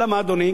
אלא מה, אדוני?